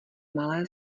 malé